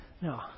No